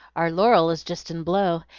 our laurel is jest in blow,